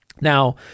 Now